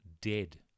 dead